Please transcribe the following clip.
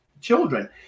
children